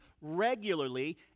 regularly